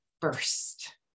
first